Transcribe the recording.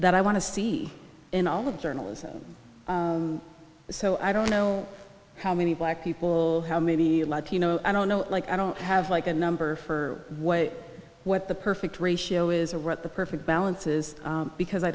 that i want to see in all of journalism so i don't know how many black people how many latino i don't know like i don't have like a number for what what the perfect ratio is or what the perfect balance is because i